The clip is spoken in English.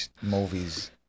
movies